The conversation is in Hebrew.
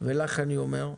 לך אני אומר,